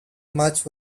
much